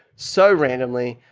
so randomly.